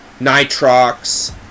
nitrox